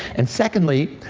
and secondly,